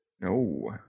No